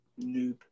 noob